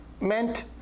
meant